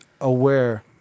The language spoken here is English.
aware